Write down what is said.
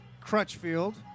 Crutchfield